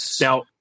Now